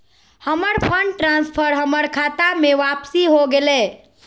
हमर fund transfer हमर खता में वापसी हो गेलय